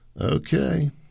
Okay